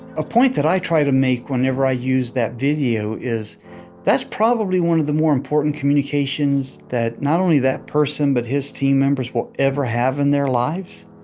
a point that i try to make whenever i use that video is that's probably one of the more important communications that not only that person but his team members will ever have in their lives